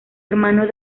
hermano